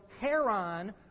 heron